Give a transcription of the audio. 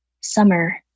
summer